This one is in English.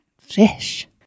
fish